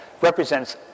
represents